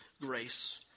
grace